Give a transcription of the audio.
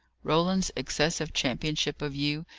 roland's excessive championship of you,